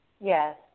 Yes